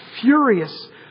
furious